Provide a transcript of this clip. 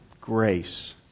grace